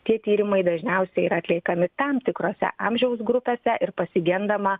tie tyrimai dažniausiai yra atleikami tam tikrose amžiaus grupėse ir pasigendama